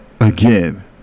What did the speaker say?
Again